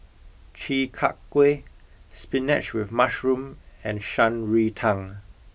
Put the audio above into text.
Chi Kak Kuih Spinach with Mushroom and Shan Rui Tang